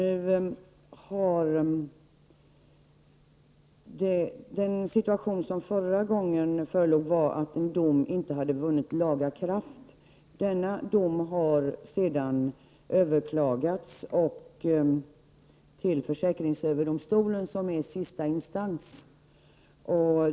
Den situation som förelåg förra gången var att en dom inte hade vunnit laga kraft. Denna dom har sedan överklagats till försäkringsöverdomstolen, som är sista instans.